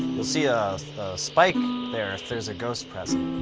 you'll see a spike there if there's a ghost present.